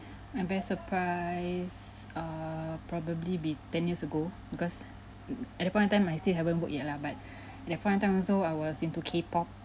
my best surprise err uh probably be ten years ago because at the point of time I still haven't work yet lah but at that point of time also I was into K pop